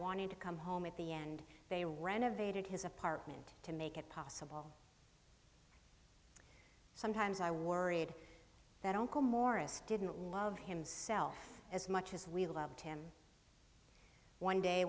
wanting to come home at the end they renovated his apartment to make it possible sometimes i worried that morris didn't love himself as much as we loved him one day